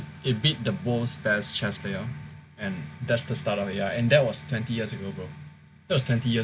it beat the world's best chess player and that's the start of the uh and that was twenty years ago bro